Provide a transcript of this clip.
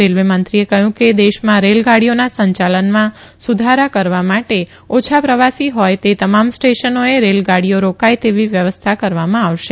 રેલ્વેમંત્રીએ કહ્યું કે દેશમાં રેલગાડીઓના સંયાલનમાં સુધારા કરવા માટે ઓછા પ્રવાસી હોય તે તમામ સ્ટેશનોએ રેલગાડીઓ રોકાય તેવી વ્યવસ્થા કરવામાં આવશે